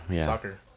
Soccer